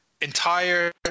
entire